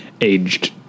aged